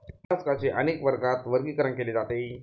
मोलास्काचे अनेक वर्गात वर्गीकरण केले जाते